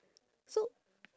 so